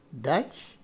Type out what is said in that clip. Dutch